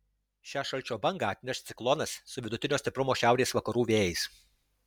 šią šalčio bangą atneš ciklonas su vidutinio stiprumo šiaurės vakarų vėjais